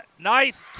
nice